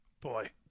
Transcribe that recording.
Boy